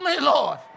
Lord